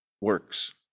works